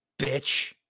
Bitch